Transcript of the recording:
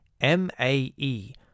M-A-E